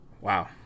wow